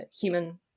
human